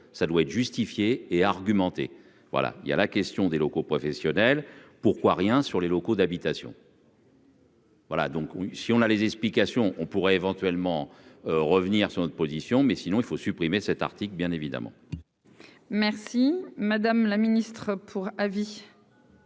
ça doit être justifié et argumenté, voilà, il y a la question des locaux professionnels, pourquoi rien sur les locaux d'habitation. Voilà, donc, oui, si on a les explications, on pourrait éventuellement revenir sur votre position, mais sinon il faut supprimer cet article bien évidemment. Merci madame la Ministre pour avis.